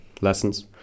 lessons